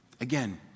Again